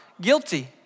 guilty